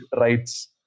rights